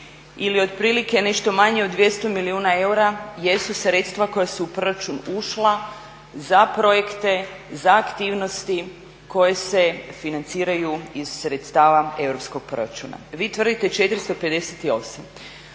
ili otprilike nešto manje od 200 milijuna eura jesu sredstva koja su u proračun ušla za projekte, za aktivnosti koje se financiraju iz sredstava europskog proračuna. Vi tvrdite 458,